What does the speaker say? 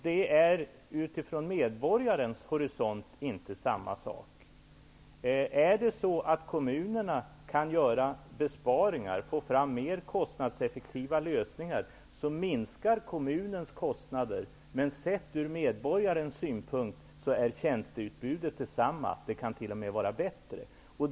Det är utifrån medborgarens horisont inte samma sak. Om kommunerna finner mer kostnadseffektiva lösningar minskar kommunernas kostnader. Men sett ur medborgarens synpunkt är tjänsteutbudet detsamma och det kan t.o.m. vara bättre.